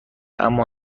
اما